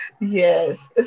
Yes